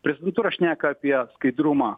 prezidentūra šneka apie skaidrumą